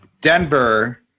Denver